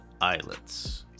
islets